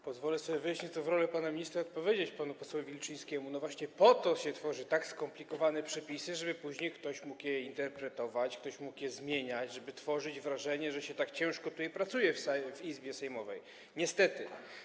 Pozwolę sobie wejść nieco w rolę pana ministra i odpowiedzieć panu posłowi Wilczyńskiemu: No właśnie po to się tworzy tak skomplikowane przepisy, żeby później ktoś mógł je interpretować, ktoś mógł je zmieniać, żeby tworzyć wrażenie, że się tak ciężko pracuje w Izbie sejmowej, niestety.